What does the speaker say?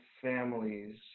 families